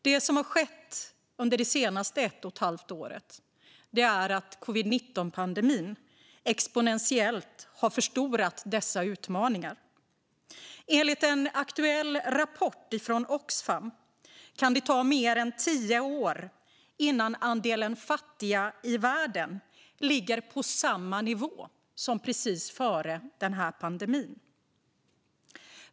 Det som har skett under de senaste ett och ett halvt åren är att covid-19-pandemin exponentiellt har förstorat dessa utmaningar. Enligt en aktuell rapport från Oxfam kan det ta mer än tio år innan andelen fattiga i världen ligger på samma nivå som precis före pandemin.